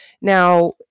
Now